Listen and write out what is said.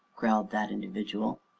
growled that individual.